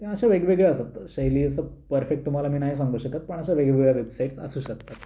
किंवा अशा वेगवेगळ्या असतात त्या शैली असं परफेक्ट तुम्हाला मी नाही सांगू शकत पण अश्या वेगवेगळ्या वेबसाईट असू शकतात